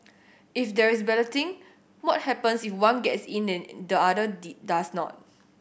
if there is balloting what happens if one gets in and the other did does not